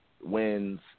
wins